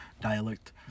Dialect